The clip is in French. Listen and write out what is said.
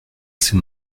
c’est